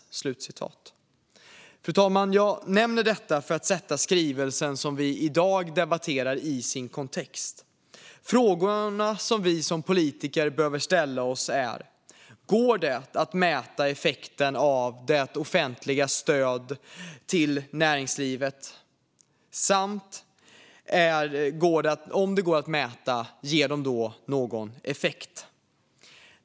Fru talman! Jag nämner detta för att sätta skrivelsen som vi i dag debatterar i sin kontext. Frågorna vi som politiker behöver ställa oss är: Går det att mäta effekten av det offentligas stöd till näringslivet? Och om det går att mäta, ger stödet någon effekt?